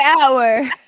hour